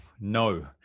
No